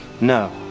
No